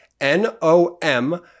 N-O-M